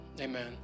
Amen